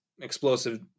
explosive